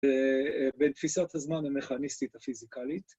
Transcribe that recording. ‫בין תפיסת הזמן ‫למכניסטית הפיזיקלית.